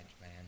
man